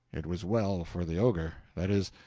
it was well for the ogre that is,